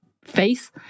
face